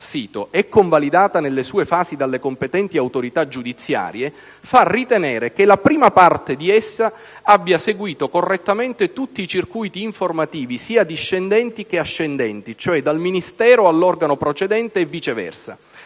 «e convalidata nelle sue fasi dalle competenti autorità giudiziarie, fa ritenere che la prima parte di essa abbia seguito correttamente tutti i circuiti informativi sia discendenti che ascendenti, cioè dal Ministero all'organo procedente e viceversa.